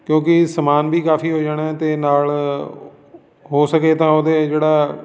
ਕਿਉਂਕਿ ਸਮਾਨ ਵੀ ਕਾਫੀ ਹੋ ਜਾਣਾ ਹੈ ਅਤੇ ਨਾਲ ਹੋ ਸਕੇ ਤਾਂ ਉਹਦੇ ਜਿਹੜਾ